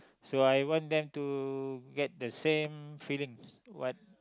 so I want them to get the same feeling what